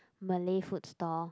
Malay food stall